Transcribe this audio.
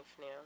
now